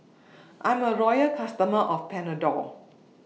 I'm A Loyal customer of Panadol